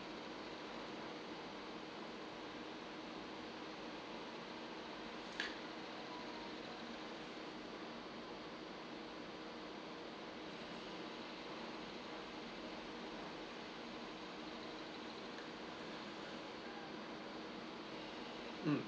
mm